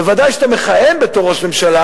בוודאי כשאתה מכהן בתור ראש ממשלה,